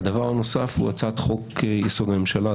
הדבר הנוסף הוא הצעת חוק-יסוד: הממשלה,